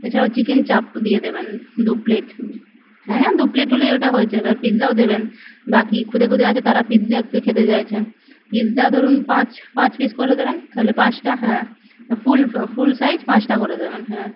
এছাড়াও চিকেন চাপ দিয়ে দেবেন দু প্লেট হ্যাঁ হ্যাঁ দু প্লেট হলেই ওটা হয়ে যাবে আর পিজ্জাও দেবেন বাকি খুদে খুদে আছে তারা পিৎজা খেতে চাইছে পিজ্জা ধরুন পাঁচ পাঁচ পিস করে দেবেন থাহলে পাঁচটা হ্যাঁ ফুল ফুল সাইজ পাঁচটা করে দেবেন হ্যাঁ